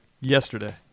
yesterday